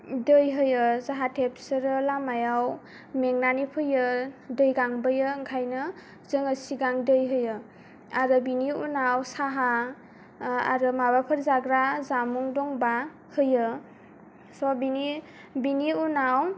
दै होयो जाहाथे बिसोरो लामायाव मेंनानै फैयो दै गांबोयो ओंखायनो जोङो सिगां दै होयो आरो बिनि उनाव साहा आरो माबाफोर जाग्रा जामुं दंब्ला होयो स' बिनि बिनि उनाव